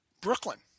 Brooklyn